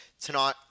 Tonight